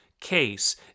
case